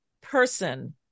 person